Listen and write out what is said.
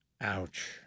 Ouch